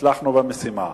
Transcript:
הצלחנו במשימה.